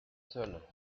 seule